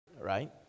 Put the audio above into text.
right